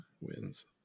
wins